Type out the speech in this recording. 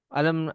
alam